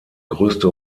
größte